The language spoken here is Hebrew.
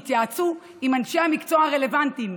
לא התייעץ עם אנשי המקצוע הרלוונטיים,